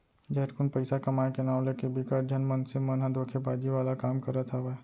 झटकुन पइसा कमाए के नांव लेके बिकट झन मनसे मन ह धोखेबाजी वाला काम करत हावय